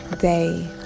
day